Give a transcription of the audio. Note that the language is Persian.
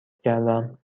کردم